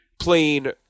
playing